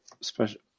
special